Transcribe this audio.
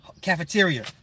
Cafeteria